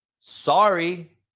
Sorry